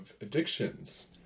addictions